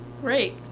Great